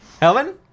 Helen